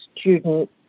student